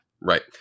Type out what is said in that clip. Right